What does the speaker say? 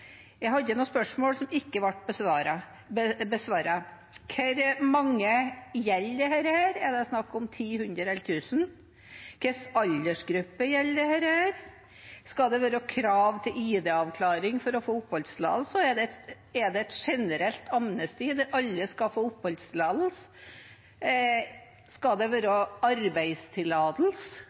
Jeg hadde noen spørsmål som ikke ble besvart. Hvor mange gjelder dette? Er det snakk om 10, 100 eller 1 000? Hva slags aldersgruppe gjelder det? Skal det være krav til ID-avklaring for å få oppholdstillatelse, og er det et generelt amnesti, der alle skal få oppholdstillatelse? Skal det